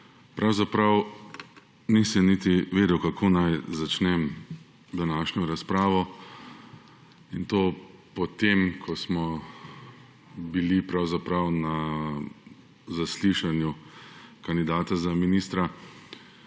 Pravzaprav nisem niti vedel kako naj začnem današnjo razpravo in to po tem, ko smo bili pravzaprav na zaslišanju kandidata za ministra